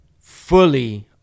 fully